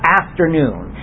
afternoon